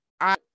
I-